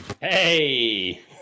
Hey